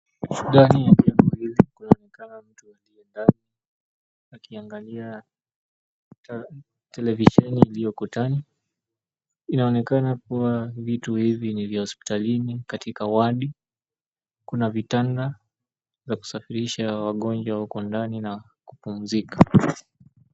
Ndani ya picha hii kunaonekana mtu aliye ndani akiangalia televisheni iliyo ukutani. Inaonekana kuwa vitu hivi ni vya hospitalini katika wadi. Kuna vitanda za kusafirisha wagonjwa huko ndani na kupumzika.